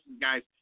guys